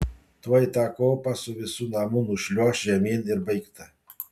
tuoj tą kopą su visu namu nušliuoš žemyn ir baigta